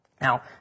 Now